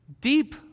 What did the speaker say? deep